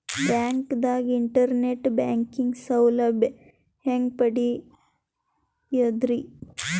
ಬ್ಯಾಂಕ್ದಾಗ internet banking ಸೌಲಭ್ಯ ಹೆಂಗ್ ಪಡಿಯದ್ರಿ?